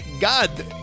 God